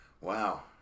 Wow